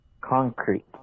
concrete